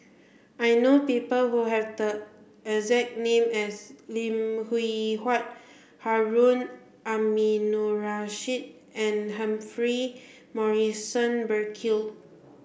I know people who have the exact name as Lim Hwee Hua Harun Aminurrashid and Humphrey Morrison Burkill